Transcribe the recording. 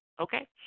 okay